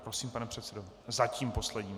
Prosím, pane předsedo zatím posledním, ano.